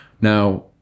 Now